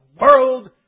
world